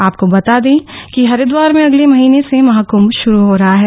आपको बता दें कि हरिदवार में अगले महीने से महाकंभ श्रू हो रहा है